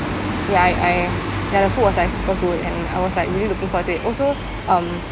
ya I I ya the food was like super good and I was like really looking forward to it also um